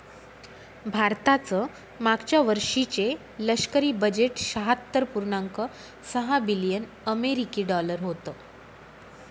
भारताचं मागच्या वर्षीचे लष्करी बजेट शहात्तर पुर्णांक सहा बिलियन अमेरिकी डॉलर होतं